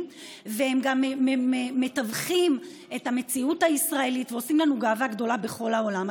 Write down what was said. וגם מתווכים את המציאות הישראלית ועושים לנו גאווה גדולה בכל העולם.